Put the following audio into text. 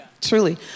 truly